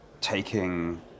taking